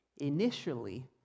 initially